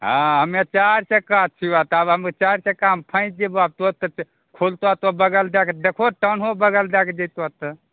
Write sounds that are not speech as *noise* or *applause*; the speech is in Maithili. हँ हमे चारि चक्का सऽ छियौ आ तब हम चारि चक्कामे फैंसि जेबऽ *unintelligible* खोलतो तऽ बगल दैके देखो टानहो बगल दैके जैतो तऽ